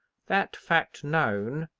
that fact known,